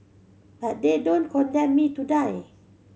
but they don't condemn me to die